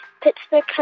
Pittsburgh